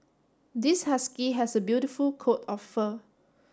this husky has a beautiful coat of fur